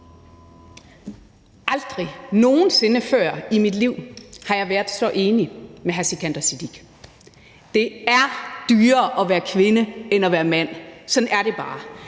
Aldrig nogen sinde før i mit liv har jeg været så enig med hr. Sikandar Siddique: Det er dyrere at være kvinde end at være mand. Sådan er det bare.